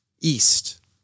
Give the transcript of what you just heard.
east